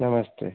नमस्ते